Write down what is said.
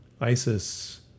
ISIS